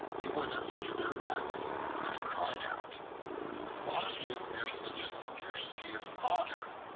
he went up to their racks and cried out why is there such a scarcity of fodder?